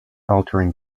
altering